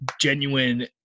genuine